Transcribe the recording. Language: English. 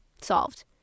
solved